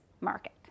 market